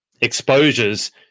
exposures